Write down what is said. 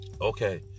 Okay